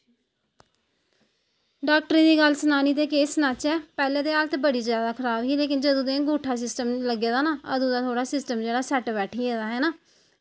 डॉक्टरें दी गल्ल सनानी ते केह् सनाचै पैह्लें ते हालत बड़ी जादा खराब ही जदूं दी एह् अंगूठा सिस्टम चले दा ना अदूं दा जेह्ड़ा सिस्टम ना सेट बैठी गेदा ऐ ना